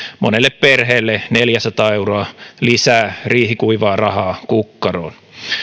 monelle perheelle neljäsataa euroa lisää riihikuivaa rahaa kukkaroon